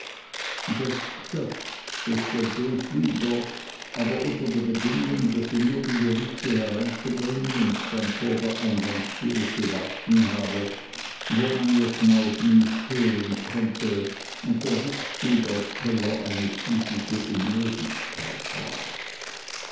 das gschöpf bestellte ich wieder aber unter der bedingung daß sie nur die gerichte hereinzubringen und dann vor der eingangstüre zu warten habe wo man ihr schnaufen nicht hören konnte und der rückzug auf teller eine physische unmöglichkeit war